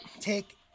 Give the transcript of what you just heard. take